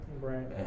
right